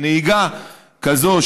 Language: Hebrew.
נהיגה כזאת,